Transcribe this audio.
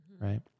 Right